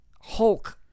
Hulk